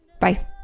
Bye